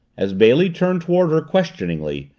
as bailey turned toward her questioningly,